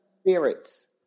spirits